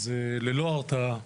ללא הרתעה,